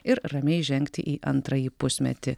ir ramiai žengti į antrąjį pusmetį